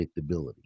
predictability